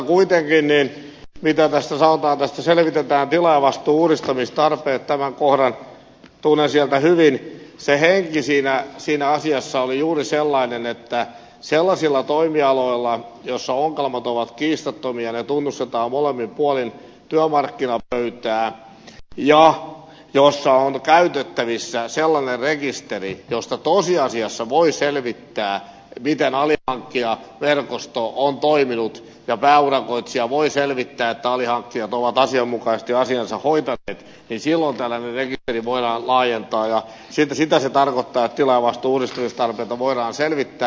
kuitenkin mitä sanotaan tästä selvitetään tilaajavastuun uudistamistarpeet tämän kohdan tunnen sieltä hyvin se henki siinä asiassa oli juuri sellainen että sellaisilla toimialoilla joilla ongelmat ovat kiistattomia ne tunnustetaan molemmin puolin työmarkkinapöytää ja kun on käytettävissä sellainen rekisteri josta tosiasiassa voi selvittää miten alihankkijaverkosto on toiminut ja pääurakoitsija voi selvittää että alihankkijat ovat asianmukaisesti asiansa hoitaneet niin silloin tällainen rekisteri voidaan laajentaa ja sitä se tarkoittaa että tilaajavastuun uudistamistarpeita voidaan selvittää